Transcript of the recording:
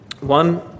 One